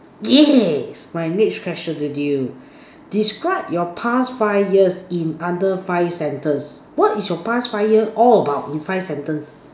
yeah my next question with you describe your past five years in under five sentence what is your past five years all about in five sentence